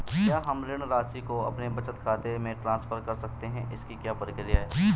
क्या हम ऋण राशि को अपने बचत खाते में ट्रांसफर कर सकते हैं इसकी क्या प्रक्रिया है?